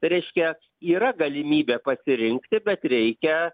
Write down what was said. reiškia yra galimybė pasirinkti bet reikia